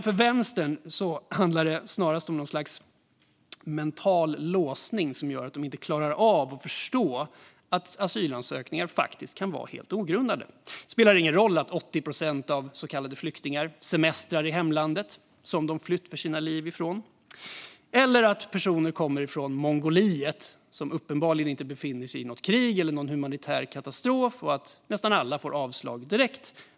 För Vänstern handlar det snarast om något slags mental låsning som gör att man inte klarar av att förstå att asylansökningar kan vara helt ogrundade. Det spelar ingen roll att 80 procent av så kallade flyktingar semestrar i hemlandet - som de flytt för sina liv ifrån - eller att personer kommer från Mongoliet, som uppenbarligen inte befinner sig i krig eller någon humanitär katastrof och att nästan alla få avslag direkt.